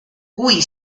kui